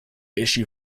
issue